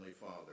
father